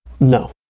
No